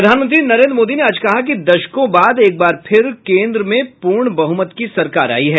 प्रधानमंत्री नरेंद्र मोदी ने आज कहा कि दशकों बाद एक बार फिर केंद्र में पूर्ण बहुमत की सरकार आई है